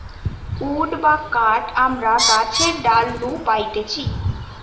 would বা কাঠ আমরা গাছের ডাল নু পাইতেছি